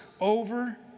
over